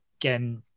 again